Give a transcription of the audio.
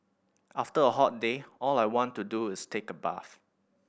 after a hot day all I want to do is take a bath